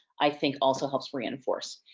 i think also helps reinforce.